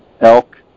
elk